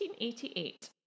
1888